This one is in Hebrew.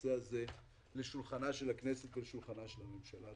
הנושא הזה לשולחנה של הכנסת ולשולחנה של הממשלה.